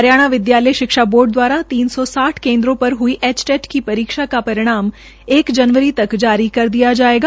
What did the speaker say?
हरियाणा विदयालय शिक्षा बोर्ड दवारा तीन सौ साठ केन्द्रों पर हई एचटेट की परीक्षा का परिणाम एक जनवरी तक जारी दिया जायेगा